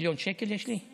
20 מיליון שקל יש לי?